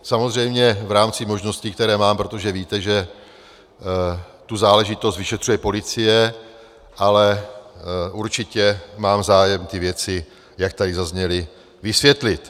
Samozřejmě v rámci možností, které mám, protože víte, že tu záležitost vyšetřuje policie, ale určitě mám zájem ty věci, jak tady zazněly, vysvětlit.